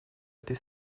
этой